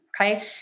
Okay